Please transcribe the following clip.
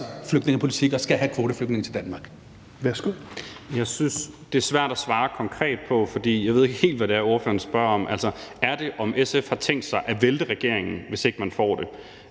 Værsgo. Kl. 13:49 Carl Valentin (SF): Jeg synes, det er svært at svare konkret på, for jeg ved ikke helt, hvad det er, ordføreren spørger om. Altså, er det, om SF har tænkt sig at vælte regeringen, hvis ikke man får det?